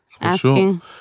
asking